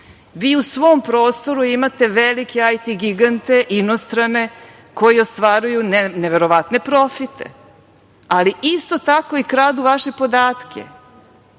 vi u svom prostoru imate veliki IT gigante inostrane koji ostvaruju neverovatne profite, ali isto tako i kradu vaše podatke